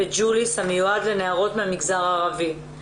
בג'וליס שמיועד לנערות מהמגזר הערבי.